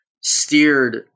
steered